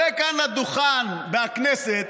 שעולה כאן לדוכן בכנסת